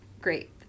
great